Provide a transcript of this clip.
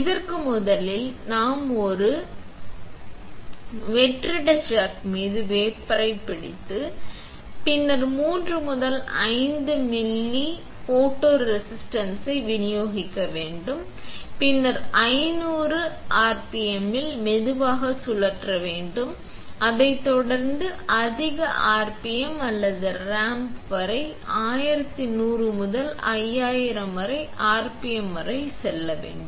இதற்கு முதலில் நாம் ஒரு வெற்றிட சக் மீது வேஃபரைப் பிடித்து பின்னர் 3 முதல் 5 மில்லி ஃபோட்டோரெசிஸ்ட்டை விநியோகிக்க வேண்டும் பின்னர் 500 ஆர்பிஎம்மில் மெதுவாகச் சுழற்ற வேண்டும் அதைத் தொடர்ந்து அதிக ஆர்பிஎம் அல்லது ரேம்ப் வரை 1100 முதல் 5000 ஆர்பிஎம் வரை செல்ல வேண்டும்